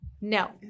No